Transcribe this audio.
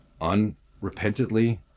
Unrepentantly